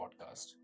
podcast